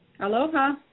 Aloha